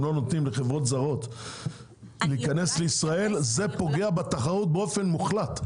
לא נותנים לחברות זרות להיכנס לישראל פוגע בתחרות באופן מוחלט.